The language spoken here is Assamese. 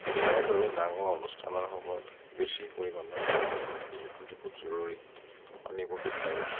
বিয়াৰ দৰে ডাঙৰ অনুষ্ঠানৰ সময়ত বেছি পৰিমাণৰ পানী যিহেতু বহুত জৰুৰী পানী বহুত লাগে